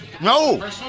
No